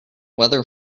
weather